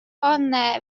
anne